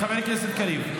חבר הכנסת קריב,